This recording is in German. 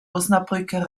osnabrücker